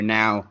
now